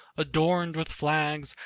adorned with flags,